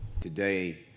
Today